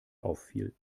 auffiel